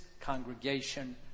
congregation